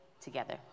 together